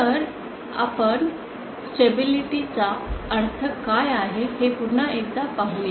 तर आपण स्टेबिलिटी चा अर्थ काय आहे हे पुन्हा एकदा पाहूया